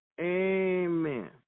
Amen